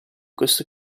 questo